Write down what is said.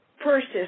Persis